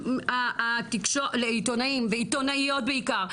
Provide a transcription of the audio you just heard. לעיתונאים ועיתונאיות בעיקר,